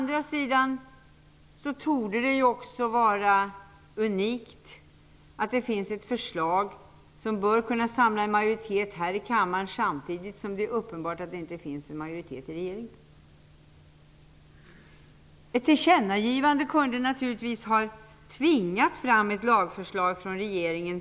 Det torde också vara unikt att det finns ett förslag som bör kunna samla en majoritet här i kammaren samtidigt som det är uppenbart att det inte finns en majoritet i regeringen. Ett tillkännagivande kunde naturligtvis förr eller senare ha tvingat fram ett lagförslag från regeringen.